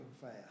fast